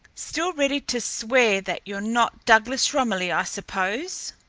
still ready to swear that you're not douglas romilly, i suppose?